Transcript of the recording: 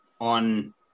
on